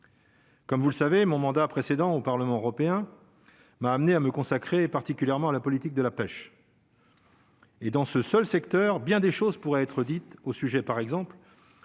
Comme vous le savez, mon mandat précédant au Parlement européen, m'a amené à me consacrer, particulièrement à la politique de la pêche. Et dans ce seul secteur, bien des choses pourrait être dite au sujet par exemple